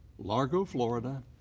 largo, florida,